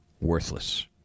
worthless